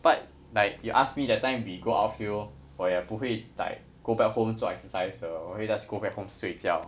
but like you ask me that time we go outfield 我也不会 like go back home 做 exercise 的我会 just go back home 睡觉